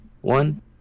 one